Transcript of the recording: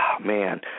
Man